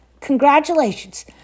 Congratulations